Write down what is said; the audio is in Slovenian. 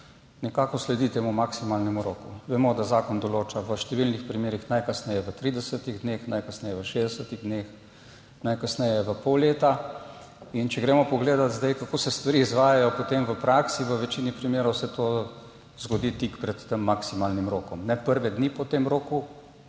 nekako sledi temu maksimalnemu roku. Vemo, da zakon določa v številnih primerih najkasneje v 30 dneh, najkasneje v 60 dneh, najkasneje v pol leta. Če gremo pogledat, kako se stvari izvajajo potem v praksi, v večini primerov se to zgodi tik pred tem maksimalnim rokom, ne prve dni po tem roku,